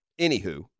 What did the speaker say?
anywho